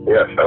Yes